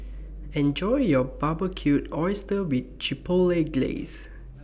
Enjoy your Barbecued Oysters with Chipotle Glaze